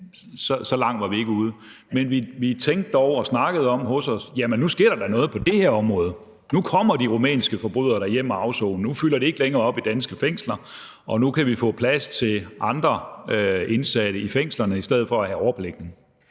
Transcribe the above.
så langt var vi ikke ude, men vi tænkte over det og snakkede om, at der nu sker noget på det her område; nu kommer de rumænske forbrydere da hjem at afsone; nu fylder de ikke længere op i danske fængsler, og nu kan vi jo få plads til andre indsatte i fængslerne i stedet for at have overbelægning.